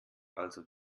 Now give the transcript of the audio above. also